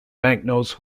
banknotes